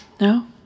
No